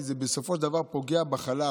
כי בסופו של דבר זה פוגע בחלש.